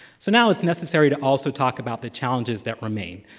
so now it's necessary to also talk about the challenges that remain.